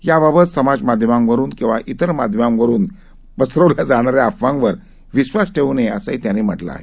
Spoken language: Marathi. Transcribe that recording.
याबाबत समाजमाध्यमांवरून किंवा त्रेर माध्यमांवरुन पसरवल्या जाणाऱ्या अफवांवर विश्वास ठेवू नये असंही त्यांना म्हटलं आहे